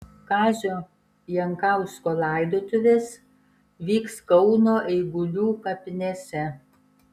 kazio jankausko laidotuvės vyks kauno eigulių kapinėse